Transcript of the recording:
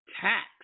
tax